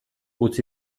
utzi